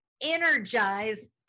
energize